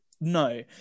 No